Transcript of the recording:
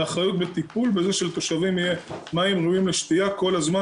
ואחריות בטיפול בזה שלתושבים יהיה מים ראויים לשתייה כל הזמן,